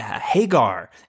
Hagar